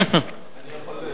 אני יכול,